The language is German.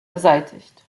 beseitigt